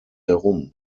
herum